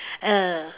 uh